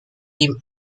teamed